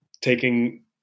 taking